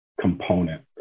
component